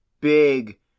big